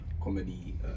comedy